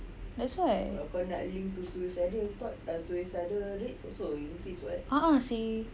that's why ah ah seh